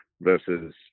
versus